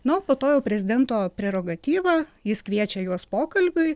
na o po to jau prezidento prerogatyva jis kviečia juos pokalbiui